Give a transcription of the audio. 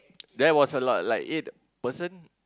that was a lot like eight person